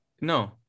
No